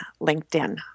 LinkedIn